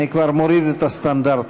אני כבר מוריד את הסטנדרטים.